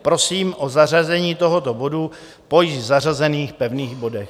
Prosím o zařazení tohoto bodu po již zařazených pevných bodech.